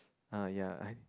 uh ya I